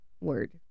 word